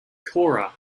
cora